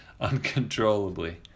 uncontrollably